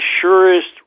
surest